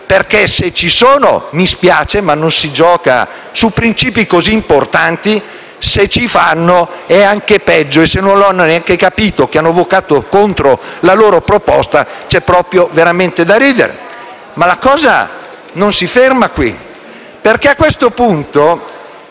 Perché, se ci fanno, mi spiace, ma non si gioca su principi così importanti; se ci sono, è anche peggio e, se non hanno neanche capito che hanno votato contro la loro stessa proposta, c'è veramente da ridere. Ma la cosa non si ferma qui. A questo punto,